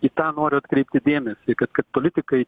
į tą noriu atkreipti dėmesį kad kad politikai